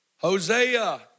Hosea